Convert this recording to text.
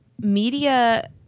Media